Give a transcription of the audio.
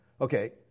Okay